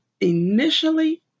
initially